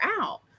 out